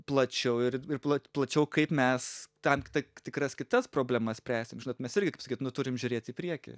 plačiau ir plat plačiau kaip mes tam tai tikras kitas problemas spręsim žinot mes irgi ket nu turim žiūrėt į priekį